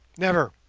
never!